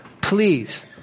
Please